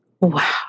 Wow